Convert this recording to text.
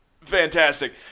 fantastic